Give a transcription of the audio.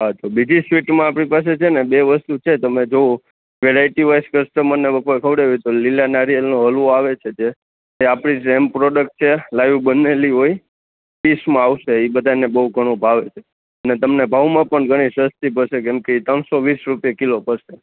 હા તો બીજી સ્વીટમાં આપણી પાસે છે ને બે વસ્તુ છે તમે જોવો વૈરાઈટી વાઇસ કસ્ટમર ને વપરાવ ખવડાવીએ તો લીલા નારિયેળનો હલવો આવે છે જે આપણી સેમ પ્રોડક્ટ છે લાઈવ બનેલી હોય ડીશમાં આવશે એ બધાંને બહુ ઘણું ભાવે અને તમને ભાવમાં પણ ઘણી સસ્તી પડશે કેમકે એ ત્રણ સો વીસ રૂપિયા કિલો પડશે